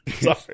Sorry